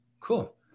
Cool